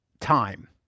Time